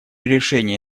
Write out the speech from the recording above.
решении